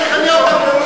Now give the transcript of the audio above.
אתה תכנה אותם רוצחים?